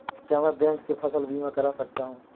क्या मैं बैंक से फसल बीमा करा सकता हूँ?